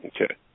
Okay